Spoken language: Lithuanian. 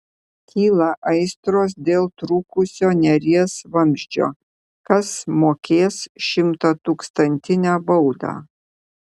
kyla aistros dėl trūkusio neries vamzdžio kas mokės šimtatūkstantinę baudą